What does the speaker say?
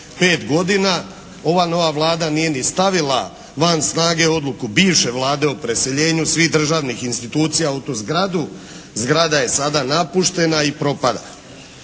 5 godina. Ova nova Vlada nije ni stavila van snage odluku bivše Vlade o preseljenju svih državnih institucija u tu zgradu. Zgrada je sada napuštena i propada.